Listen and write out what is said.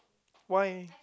why